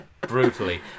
brutally